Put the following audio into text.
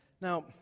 Now